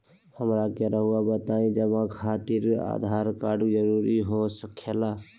हमरा के रहुआ बताएं जमा खातिर आधार कार्ड जरूरी हो खेला?